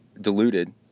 diluted